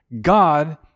God